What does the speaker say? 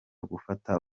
gufata